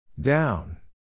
Down